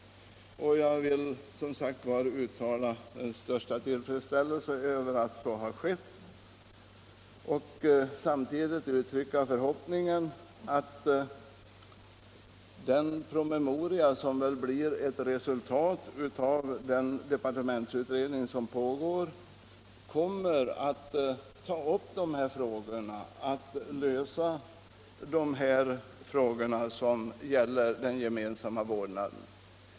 Jag vill, som sagt, uttala den största tillfredsställelse över detta och samtidigt uttrycka förhoppningen att den promemoria som väl blir ett resultat av den departementsutredning som pågår kommer att ta upp och ge en lösning av de här frågorna om den gemensamma vårdnaden.